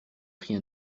pris